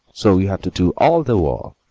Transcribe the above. so you have to do all the work.